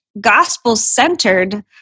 gospel-centered